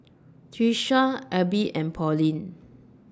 Tyesha Abie and Pauline